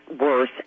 worse